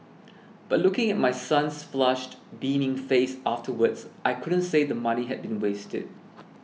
but looking at my son's flushed beaming face afterwards I couldn't say the money had been wasted